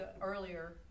earlier